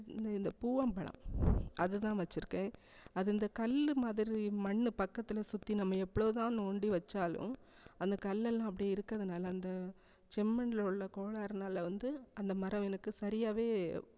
இந்த இந்த பூவம் பழம் அது தான் வச்சுருக்கேன் அது இந்த கல் மாதிரி மண்ணு பக்கத்தில் சுற்றி நம்ம எவ்ளோ தான் நோண்டி வச்சாலும் அந்த கல்லெல்லாம் அப்படியே இருக்கிறதுனால அந்த செம்மண்ணில் உள்ள கோளாறுனால வந்து அந்த மரம் எனக்கு சரியாகவே